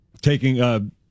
taking